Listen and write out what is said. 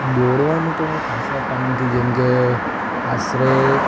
દોડવાનું તો હું ખાસા ટાઈમથી જેમકે આશરે